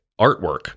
artwork